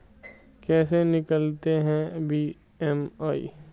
कैसे निकालते हैं बी.एम.आई?